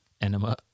Enema